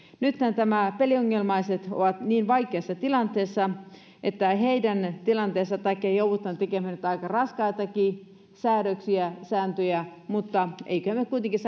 nythän nämä peliongelmaiset ovat niin vaikeassa tilanteessa että heidän tilanteensa takia joudutaan tekemään nyt aika raskaitakin säädöksiä sääntöjä mutta emmeköhän me kuitenkin